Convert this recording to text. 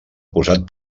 posat